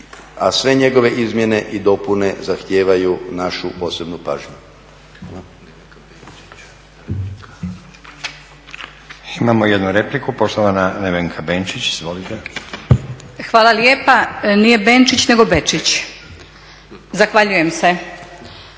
a sve njegove izmjene i dopune zahtijevaju našu posebnu pažnju.